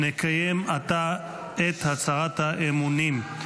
נקיים עתה את הצהרת האמונים.